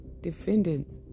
defendants